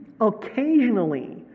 Occasionally